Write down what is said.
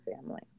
family